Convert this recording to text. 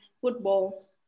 football